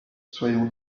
soyons